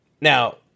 Now